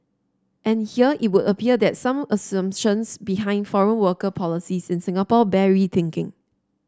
and here it would appear that some assumptions behind foreign worker policies in Singapore bear rethinking